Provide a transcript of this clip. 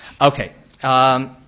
Okay